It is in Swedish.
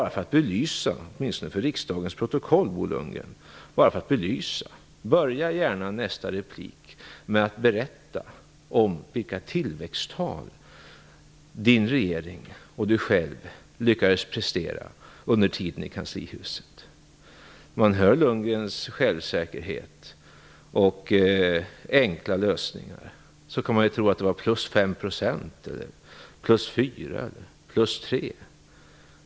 Bo Lundgren! Börja gärna nästa replik med att berätta om vilka tillväxttal Bo Lundgren och hans regering lyckades prestera under tiden i kanslihuset. Då belyser han det åtminstone i riksdagens protokoll. När man hör Lundgrens självsäkerhet och enkla lösningar kan man tro att det var plus 5, 4 eller 3 %.